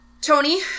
Tony